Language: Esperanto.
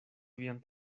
vian